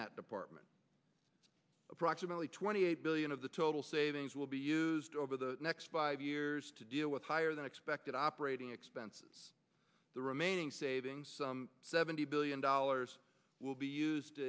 that department approximately twenty eight billion of the total savings will be used over the next five years to deal with higher than expected operating expenses the remaining savings seventy billion dollars will be used